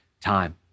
time